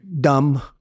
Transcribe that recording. Dumb